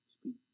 Speak